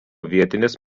vietinės